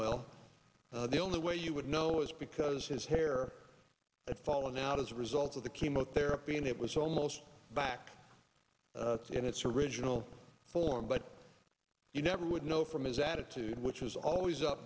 well the only way you would know is because his hair falling out as a result of the chemotherapy and it was almost back in its original form but you never would know from his attitude which was always up